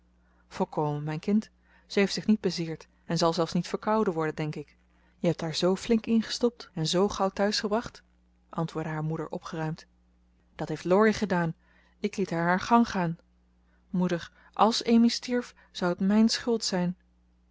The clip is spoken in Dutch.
volkomen mijn kind ze heeft zich niet bezeerd en zal zelfs niet verkouden worden denk ik je hebt haar zoo flink ingestopt en zoo gauw thuis gebracht antwoordde haar moeder opgeruimd dat heeft laurie gedaan ik liet haar haar gang gaan moeder als amy stierf zou het mijn schuld zijn